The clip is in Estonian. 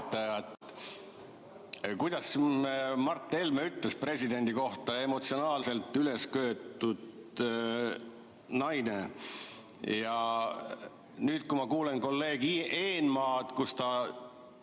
Kuidas Mart Helme ütles presidendi kohta – emotsionaalselt ülesköetud naine. Nüüd, kui ma kuulen kolleeg Ivi Eenmaad, kes